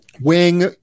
wing